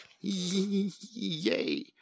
Yay